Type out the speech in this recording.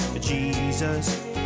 Jesus